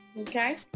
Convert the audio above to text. Okay